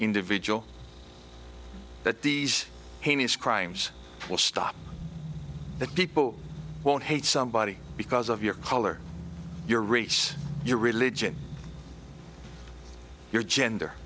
individual that these heinous crimes will stop that people won't hate somebody because of your color your race your religion your gender